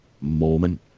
moment